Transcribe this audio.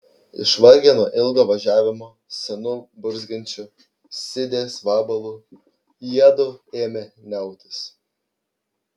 išvargę nuo ilgo važiavimo senu burzgiančiu sidės vabalu jiedu ėmė niautis